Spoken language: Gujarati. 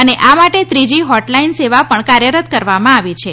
અને આ માટે ત્રીજી હોટલાઇન સેવા પણ કાર્યરત કરવામાં આવી છે